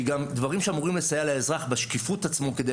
שהיא גם דברים שאמורים לסייע לאזרח בשקיפות עצמה כדי